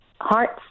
hearts